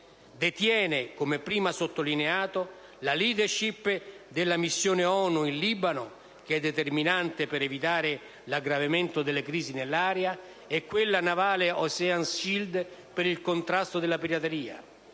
detiene, come prima sottolineato, la *leadership* della missione ONU in Libano, che è determinante per evitare l'aggravamento delle crisi nell'area, e di quella navale «*Ocean Shield*», per il contrasto della pirateria;